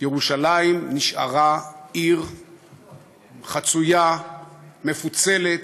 ירושלים נשארה עיר חצויה, מפוצלת,